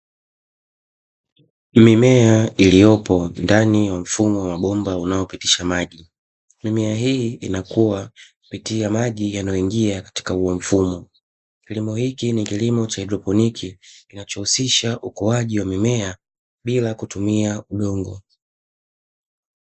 Mimea iliopo ndani ya mfumo wa bomba unaopitisha maji, mimea hii inakuwa kupitia maji yanayoingia katika huo mfumo, kilimo hiki ni kilimo cha haidroponiki kinachohusisha ukuaji wa mimea bila kutumia udongo.